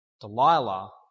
Delilah